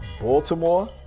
Baltimore